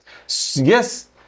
yes